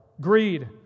greed